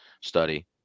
study